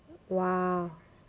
!wah!